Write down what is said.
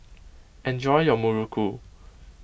enjoy your Muruku